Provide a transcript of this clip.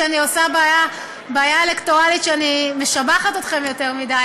שאני עושה בעיה אלקטורלית כשאני משבחת אתכם יותר מדי,